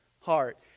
heart